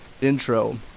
intro